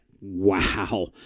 wow